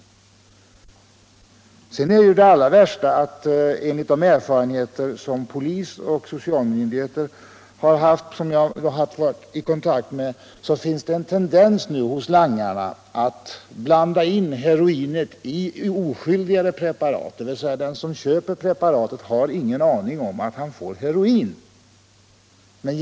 Sedan är ju det allra värsta att det enligt erfarenheter hos de polisoch socialmyndigheter som jag har varit i kontakt med nu finns en tendens hos langarna att blanda in heroin i ”oskyldigare” preparat, så att den som köper preparatet inte har någon aning om att han samtidigt också får heroin.